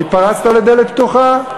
התפרצת לדלת פתוחה.